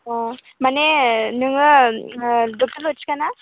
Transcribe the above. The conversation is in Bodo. अ माने नोङो डक्ट'र लथिखा ना